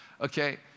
Okay